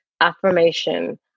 affirmation